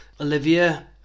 Olivia